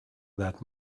that